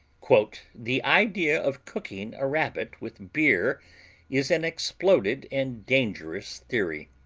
the idea of cooking a rabbit with beer is an exploded and dangerous theory.